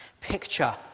picture